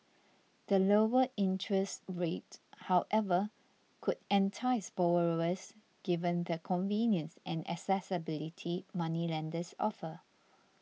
the lower interests rates however could entice borrowers given the convenience and accessibility moneylenders offer